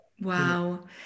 wow